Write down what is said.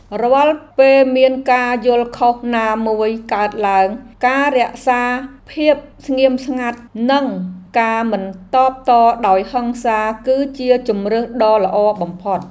រាល់ពេលមានការយល់ខុសណាមួយកើតឡើងការរក្សាភាពស្ងៀមស្ងាត់ និងការមិនតបតដោយហិង្សាគឺជាជម្រើសដ៏ល្អបំផុត។